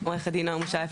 עורכת דין נועה מושייף,